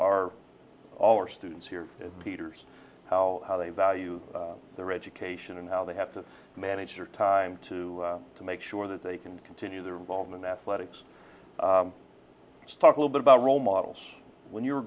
all our students here peters how they value their education and how they have to manage their time to to make sure that they can continue their involvement athletics stalk little bit about role models when you were